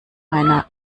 einer